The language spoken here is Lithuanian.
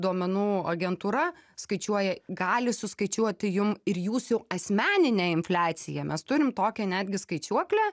duomenų agentūra skaičiuoja gali suskaičiuoti jum ir jūsų asmeninę infliaciją mes turim tokią netgi skaičiuoklę